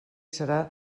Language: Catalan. serà